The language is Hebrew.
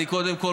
קודם כול,